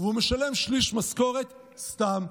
והוא משלם שליש משכורת סתם.